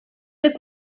roedd